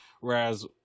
whereas